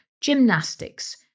gymnastics